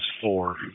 four